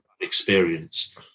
experience